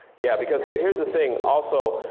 yeah because here's here's the thing also,